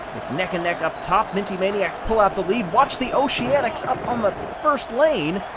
it's neck and neck up top. minty maniacs pull out the lead. watch the oceanics up on the first lane.